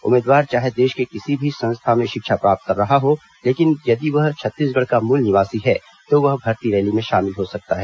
उम्मीदवार चाहे देश के किसी भी संस्था में शिक्षा प्राप्त कर रहा हो लेकिन यदि वह छत्तीसगढ़ का मूल निवासी है तो वह भर्ती रैली में शामिल हो सकता है